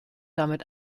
damit